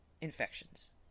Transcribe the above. infections